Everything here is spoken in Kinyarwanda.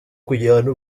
kujyana